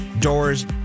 doors